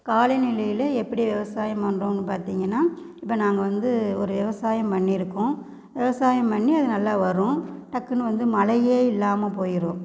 காலநிலையில் எப்படி விவசாயம் பண்றோம்னு பார்த்திங்கன்னா இப்போ நாங்கள் வந்து ஒரு விவசாயம் பண்ணியிருக்கோம் விவசாயம் பண்ணி அது நல்லா வரும் டக்குன்னு வந்து மழையே இல்லாமல் போய்ரும்